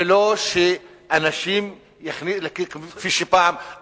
ולא שאנשים כפי שפעם,